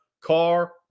car